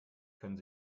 können